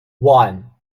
one